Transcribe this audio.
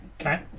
okay